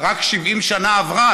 רק 70 שנה עברו.